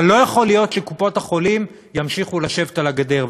אבל לא יכול להיות שקופות-החולים ימשיכו לשבת על הגדר.